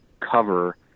cover